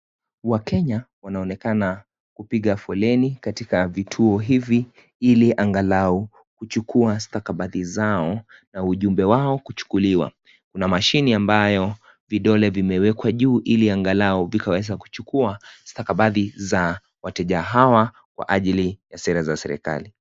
WaKenya wanaonekana kupiga foleni katika vituo hivi ili angalau kuchukua stakabatdhi zao na ujumbe wao kuchukuliwa. Kuna mashini ambayo vidole vimewekwa juu ili angalau vikawaweza kuchukua stakabadhi za wateja hawa kwa ajili ya sera za serekali.